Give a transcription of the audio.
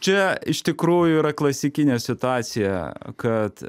čia iš tikrųjų yra klasikinė situacija kad